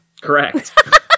correct